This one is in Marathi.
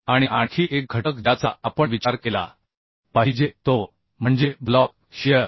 आणि आणखी एक घटक ज्याचा आपण विचार केला पाहिजे तो म्हणजे ब्लॉक शियर